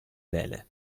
vele